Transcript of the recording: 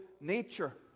nature